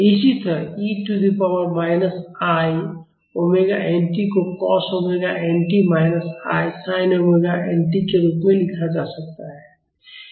इसी तरह e to the power minus i omega n t को cos omega n t minus i sin omega n t के रूप में लिखा जा सकता है